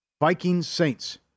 Vikings-Saints